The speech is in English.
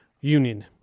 union